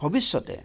ভৱিষ্যতে